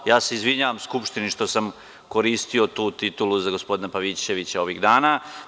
Ja se izvinjavam Skupštini što sam koristio tu titulu za gospodina Pavićevića ovih dana.